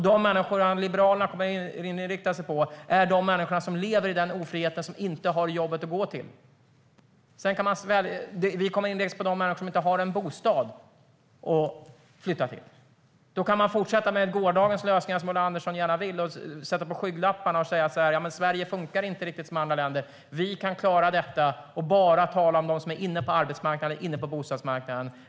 De människor som Liberalerna kommer att inrikta sig på är de människor som lever i den ofriheten, som inte har ett jobb att gå till. Vi kommer att inrikta oss på de människor som inte har en bostad att flytta till. Man kan fortsätta med gårdagens lösningar, som Ulla Andersson gärna vill, och sätta på sig skygglappar och säga: Sverige fungerar inte riktigt som andra länder - vi kan klara detta och bara tala om dem som är inne på arbetsmarknaden, inne på bostadsmarknaden.